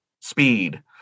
speed